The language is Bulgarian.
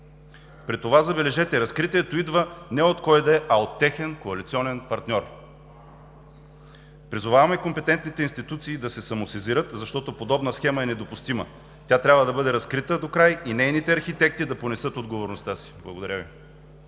При това, забележете, разкритието идва не от кой да е, а от техен коалиционен партньор. Призоваваме компетентните институции да се самосезират, защото подобна схема е недопустима. Тя трябва да бъде разкрита докрай и нейните архитекти да понесат отговорността си. Благодаря Ви.